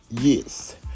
Yes